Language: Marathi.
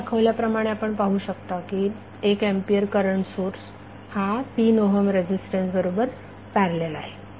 इथे दाखवल्याप्रमाणे आपण पाहू शकता 1 एंपियर करंट सोर्स हा 3 ओहम रेझीस्टन्स बरोबर पॅरलल आहे